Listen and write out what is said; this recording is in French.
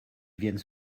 viennent